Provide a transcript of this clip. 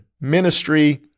ministry